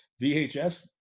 VHS